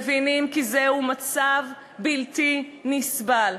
מבינים כי זה מצב בלתי נסבל,